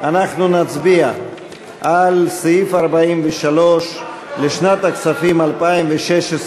אנחנו נצביע על סעיף 43 לשנת הכספים 2016,